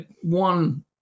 one